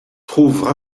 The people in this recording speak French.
trouvent